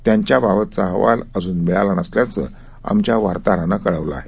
त्यांच्याबाबतचाअहवालअजूनमिळालानसल्याचंआमच्यावार्ताहरानंकळवलंआहे